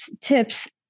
tips